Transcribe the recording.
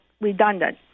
redundant